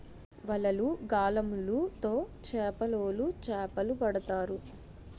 వలలు, గాలములు తో చేపలోలు చేపలు పడతారు